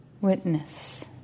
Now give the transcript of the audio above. Witness